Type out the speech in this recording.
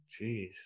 Jeez